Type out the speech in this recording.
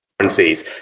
currencies